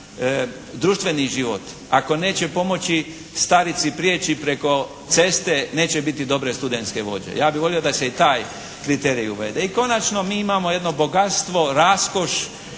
društveni život, ako neće pomoći starici prijeći preko ceste neće biti dobre studentske vođe. Ja bih volio da se i taj kriterij uvede. I konačno mi imamo jedno bogatstvo, raskoš